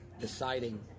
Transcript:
deciding